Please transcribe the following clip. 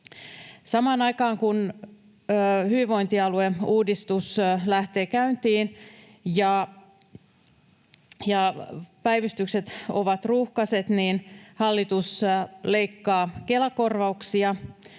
Samaan aikaan kun hyvinvointialueuudistus lähtee käyntiin ja päivystykset ovat ruuhkaiset, hallitus leikkaa Kela-korvauksia